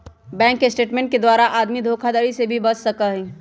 bank statement के द्वारा आदमी धोखाधडी से भी बच सका हई